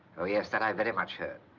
oh, yes. that i very much heard.